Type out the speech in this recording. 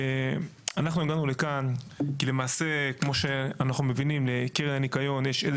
אנחנו הגענו לכאן כי לקרן הניקיון יש איזה